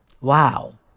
Wow